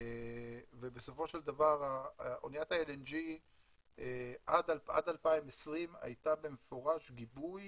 ובסופו של דבר אניית ה-LNG עד 2020 הייתה במפורש גיבוי